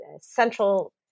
central